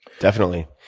definitely.